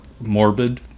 morbid